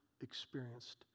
experienced